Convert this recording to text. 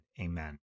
Amen